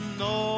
no